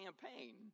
campaign